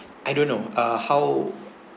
I don't know ah how